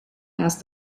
asked